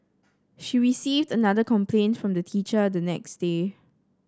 she received another complaint from the teacher the next day